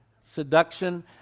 seduction